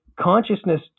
consciousness